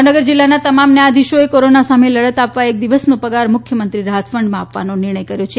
ભાવનગર જીલ્લાના તમામ ન્યાયાધિશોએ કોરોના સામે લડત આ વા એક દિવસનો ગાર મુખ્યમંત્રી રાહત ફંડમાં આ વાનો નિર્ણય કર્યો છે